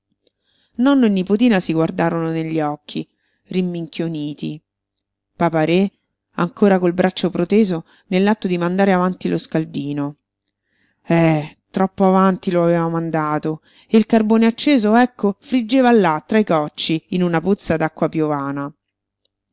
e nipotina si guardarono negli occhi rimminchioniti papa-re ancora col braccio proteso nell'atto di mandare avanti lo scaldino eh troppo avanti lo aveva mandato e il carbone acceso ecco friggeva là tra i cocci in una pozza d'acqua piovana